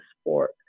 sport